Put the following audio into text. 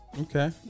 Okay